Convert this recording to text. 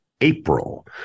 April